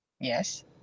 Yes